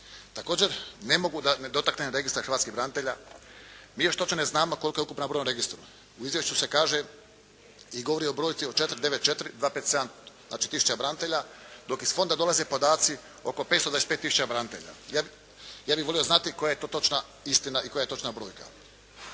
Također, ne mogu da ne dotaknem registar hrvatskih branitelja. Mi još točno ne znamo koliki je ukupan broj u registru. U izvješću se kaže i govori o brojci 494257, znači tisuća branitelja, dok iz fonda dolaze podaci oko 525000 branitelja. Ja bih volio znati koja je to točna istina i koja je točna brojka.